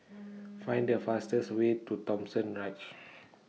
Find The fastest Way to Thomson Ridge